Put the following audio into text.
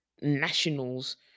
nationals